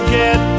get